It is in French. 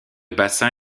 bassin